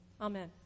Amen